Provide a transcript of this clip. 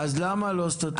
למה היא לא סטטוטורית?